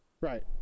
Right